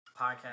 podcast